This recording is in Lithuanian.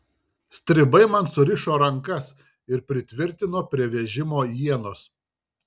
stribai man surišo rankas ir pritvirtino prie vežimo ienos